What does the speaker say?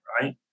right